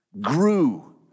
grew